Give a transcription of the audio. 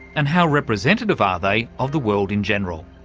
and how representative are they of the world in general?